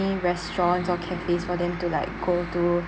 any restaurants or cafes for them to like go to